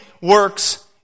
works